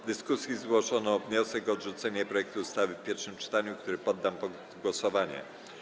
W dyskusji zgłoszono wniosek o odrzucenie projektu ustawy w pierwszym czytaniu, który poddam pod głosowanie.